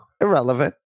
Irrelevant